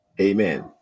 amen